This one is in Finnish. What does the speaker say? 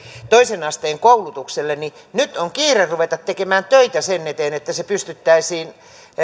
toisen asteen koulutukselle niin nyt on kiire ruveta tekemään töitä sen eteen että se pystyttäisiin